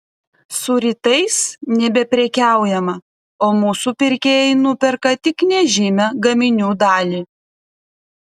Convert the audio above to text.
su rytais nebeprekiaujama o mūsų pirkėjai nuperka tik nežymią gaminių dalį